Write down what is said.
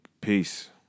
Peace